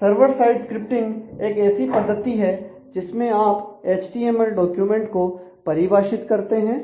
server side scripting एक ऐसी पद्धति है जिसमें आप एचटीएमएल डॉक्यूमेंट को परिभाषित करते हैं